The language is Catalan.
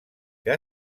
que